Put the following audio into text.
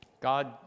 God